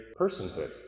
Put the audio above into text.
personhood